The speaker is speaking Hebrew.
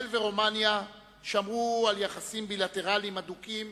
ישראל ורומניה שמרו על יחסים בילטרליים הדוקים